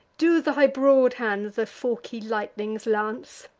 do thy broad hands the forky lightnings lance?